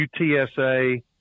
utsa